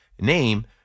name